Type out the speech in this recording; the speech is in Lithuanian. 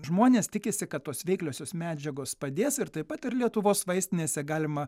žmonės tikisi kad tos veikliosios medžiagos padės ir taip pat ir lietuvos vaistinėse galima